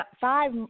five